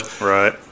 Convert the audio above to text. Right